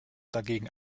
dagegen